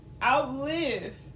Outlive